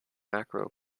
macro